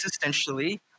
existentially